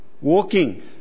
Walking